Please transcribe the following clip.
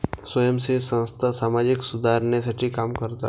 स्वयंसेवी संस्था सामाजिक सुधारणेसाठी काम करतात